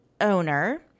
owner